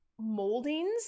moldings